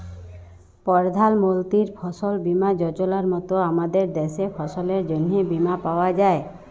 পরধাল মলতির ফসল বীমা যজলার মত আমাদের দ্যাশে ফসলের জ্যনহে বীমা পাউয়া যায়